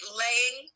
laying